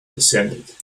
descended